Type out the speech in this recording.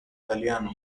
italiano